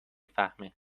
فهمه